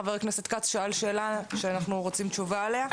חבר הכנסת כץ שאל שאלה שאנחנו רוצים תשובה עליה.